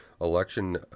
Election